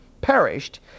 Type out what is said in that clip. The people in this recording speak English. perished